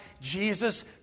Jesus